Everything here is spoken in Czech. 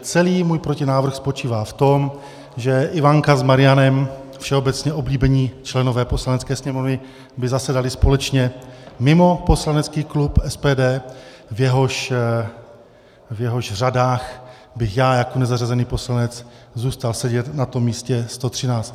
Celý můj protinávrh spočívá v tom, že Ivanka s Marianem, všeobecně oblíbení členové Poslanecké sněmovny, by zasedali společně mimo poslanecký klub SPD, v jehož řadách bych já jako nezařazený poslanec zůstal sedět na místě 113.